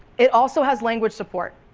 it also has language support.